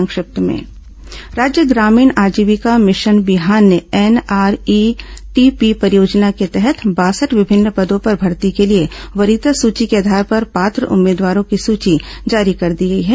संक्षिप्त समाचार राज्य ग्रामीण आजीविका मिशन बिहान ने एनआरईटीपी परियोजना के तहत बासठ विभिन्न पदों पर भर्ती के लिए वरीयता सूची के आधार पर पात्र उम्मीदवारों की सूची जारी कर दी गई है